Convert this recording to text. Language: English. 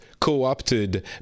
co-opted